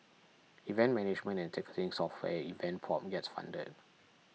event management and ticketing software Event Pop gets funded